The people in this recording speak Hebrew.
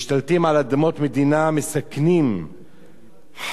משתלטים על אדמות מדינה, מסכנים חיים,